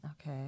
Okay